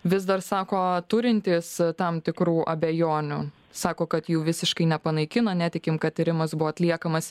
vis dar sako turintys tam tikrų abejonių sako kad jų visiškai nepanaikino netikim kad tyrimas buvo atliekamas